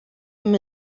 him